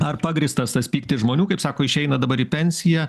ar pagrįstas tas pyktis žmonių kaip sako išeina dabar į pensiją